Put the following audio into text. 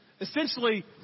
essentially